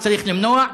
וצריך למנוע,